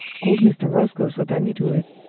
old mr. roscoe saw danny do it.